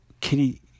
Kitty